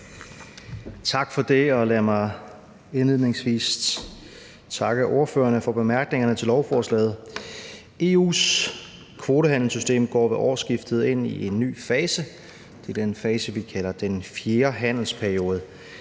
Tak for det, og lad mig indledningsvis takke ordførerne for bemærkningerne til lovforslaget. EU's kvotehandelssystem går ved årsskiftet ind i en ny fase. Det er den fase, vi kalder den fjerde handelsperiode.